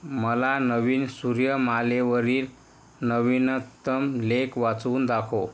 मला नवीन सूर्यमालेवरील नवीनतम लेख वाचून दाखव